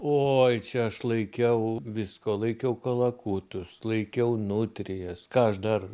oi čia aš laikiau visko laikiau kalakutus laikiau nutrijas ką aš dar